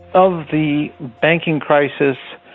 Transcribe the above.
of the banking crisis,